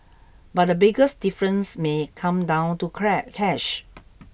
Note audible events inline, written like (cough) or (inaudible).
but the biggest difference may come down to (unintelligible) cash